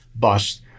bust